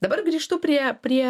dabar grįžtu prie prie